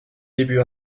débuts